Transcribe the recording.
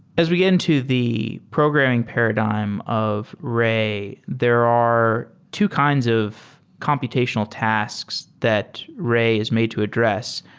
as we get into the programming paradigm of ray, there are two kinds of computational tasks that ray is made to address.